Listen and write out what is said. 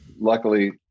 luckily